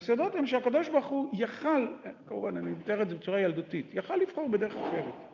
היסודות הן שהקדוש ברוך הוא יכל, כמובן אני מתאר את זה בצורה ילדותית, יכל לבחור בדרך אחרת.